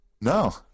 No